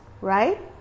right